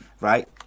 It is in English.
right